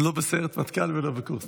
לא בסיירת מטכ"ל ולא בקורס טיס?